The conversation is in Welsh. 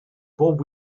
bob